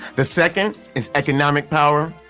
the second is economic power,